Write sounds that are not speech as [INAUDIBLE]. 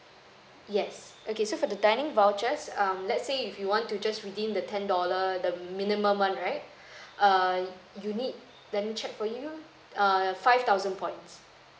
yes okay so for the dining vouchers um let's say if you want to just redeem the ten dollar the minimum one right [BREATH] err you need let me check for you err five thousand points